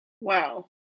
Wow